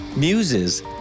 muses